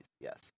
Yes